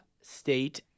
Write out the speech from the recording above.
State